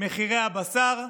מחירי הבשר,